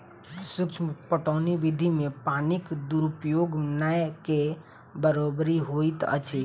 सूक्ष्म पटौनी विधि मे पानिक दुरूपयोग नै के बरोबरि होइत अछि